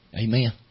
Amen